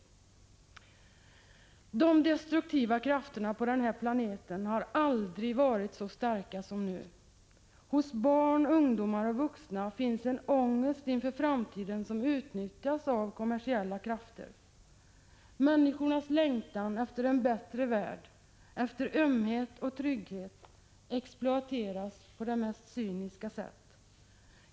De destruktiva krafterna på den här planeten har aldrig varit så starka som nu. Hos barn, ungdomar och vuxna finns en ångest inför framtiden som utnyttjas av kommersiella krafter. Människornas längtan efter en bättre värld, efter ömhet och trygghet exploateras på det mest cyniska sätt.